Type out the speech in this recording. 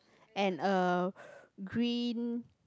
and a green